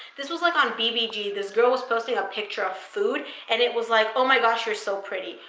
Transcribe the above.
this was like on bbg. this girl was posting a picture of food, and it was like, oh, my gosh. you're so pretty,